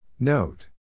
Note